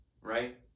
right